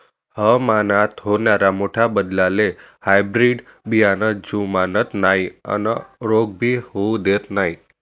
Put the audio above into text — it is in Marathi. हवामानात होनाऱ्या मोठ्या बदलाले हायब्रीड बियाने जुमानत नाय अन रोग भी होऊ देत नाय